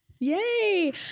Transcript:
Yay